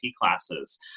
classes